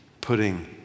putting